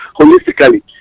holistically